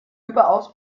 überaus